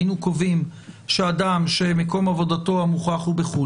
היינו קובעים שאדם שמקום עבודתו המוכח הוא בחו"ל,